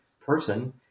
person